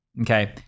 okay